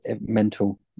mental